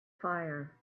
fire